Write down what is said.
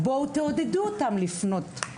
בואו תעודדו אותם לפנות,